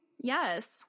yes